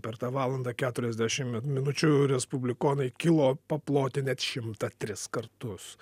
per tą valandą keturiasdešimt minučių respublikonai kilo paploti net šimtą tris kartus